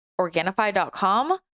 Organifi.com